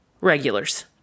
regulars